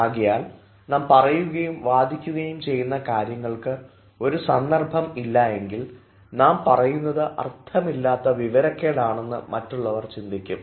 ആകയാൽ നാം പറയുകയും വാദിക്കുകയും ചെയ്യുന്ന കാര്യങ്ങൾക്ക് ഒരു സന്ദർഭം ഇല്ലായെങ്കിൽ നാം പറയുന്നത് അർത്ഥമില്ലാത്ത വിവരക്കേട് ആണെന്ന് മറ്റുള്ളവർ ചിന്തിക്കും